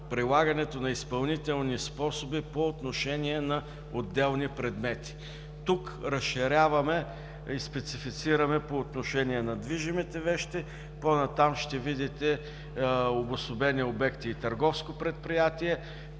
на изпълнителни способи по отношение на отделни предмети. Тук разширяваме и специфицираме по отношение на движимите вещи. По-нататък ще видите обособени обекти и търговско предприятие,